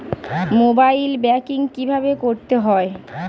Mobile banking কীভাবে করতে হয়?